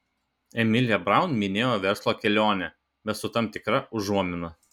emilė braun minėjo verslo kelionę bet su tam tikra užuomina